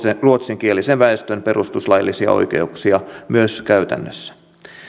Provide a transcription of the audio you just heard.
ruotsinkielisen väestön perustuslaillisia oikeuksia myös käytännössä